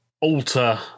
alter